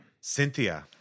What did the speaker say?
Cynthia